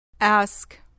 Ask